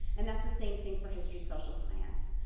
and that's the same thing for history, social science.